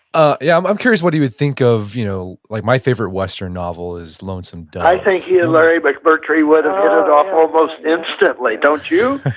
ah yeah um i'm curious what he would think of, you know like my favorite western novel is lonesome dove i think he and larry mcmurtry would've hit it off almost instantly, don't you?